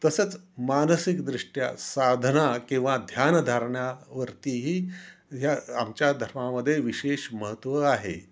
तसंच मानसिकदृष्ट्या साधना किंवा ध्यानधारणावरतीही ह्या आमच्या धर्मामध्ये विशेष महत्त्व आहे